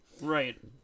Right